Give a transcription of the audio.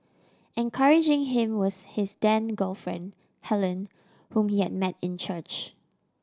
encouraging him was his then girlfriend Helen whom he had met in church